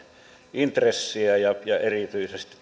intressiä ja ja erityisesti